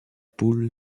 poule